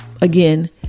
Again